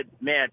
man